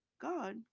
God